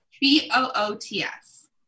B-O-O-T-S